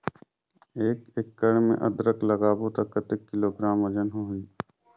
एक एकड़ मे अदरक लगाबो त कतेक किलोग्राम वजन होही?